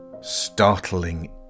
startling